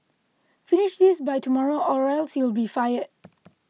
finish this by tomorrow or else you'll be fired